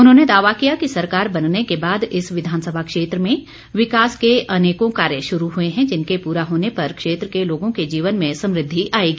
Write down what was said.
उन्होंने दावा किया कि सरकार बनने के बाद इस विधानसभा क्षेत्र में विकास के अनेकों कार्य शुरू हुए हैं जिनके पूरा होने पर क्षेत्र के लोगों के जीवन में समृद्धि आएगी